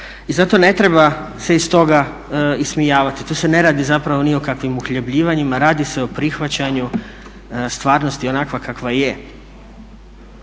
I zato ne treba se iz toga ismijavati, tu se ne radi zapravo o nikakvim uhljebljivanjima, radi se o prihvaćanju stvarnosti onakva kakva je.